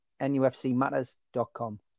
nufcmatters.com